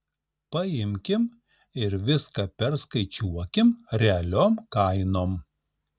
paimkim ir viską perskaičiuokim realiom kainom